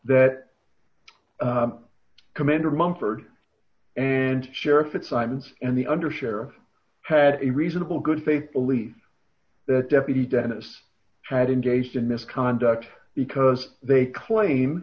that commander mumford and sheriff it's simons and the under sheriff had a reasonable good faith belief that deputy denis had engaged in misconduct because they claim